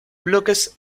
bloques